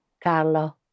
Carlo